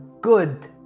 good